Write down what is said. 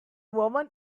woman